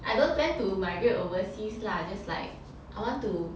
I don't plan to migrate overseas lah just like I want to